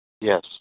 Yes